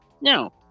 No